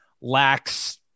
lacks